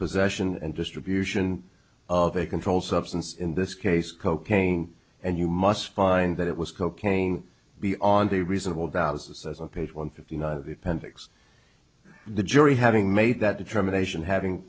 possession and distribution of a controlled substance in this case cocaine and you must find that it was cocaine be on the reasonable doubt as to says on page one fifty nine of the appendix the jury having made that determination having